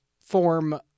form